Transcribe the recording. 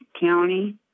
county